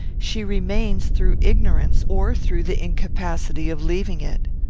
she remains through ignorance, or through the incapacity of leaving it.